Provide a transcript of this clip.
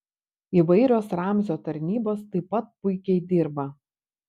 įvairios ramzio tarnybos taip pat puikiai dirba